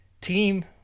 team